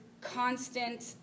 constant